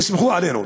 תסמכו עלינו.